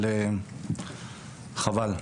אבל חבל.